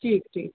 ठीकु ठीकु